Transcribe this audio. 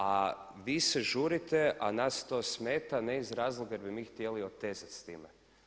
A vi se žurite, a nas to smeta ne iz razloga jer bi mi htjeli otezati s time.